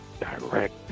direct